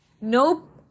nope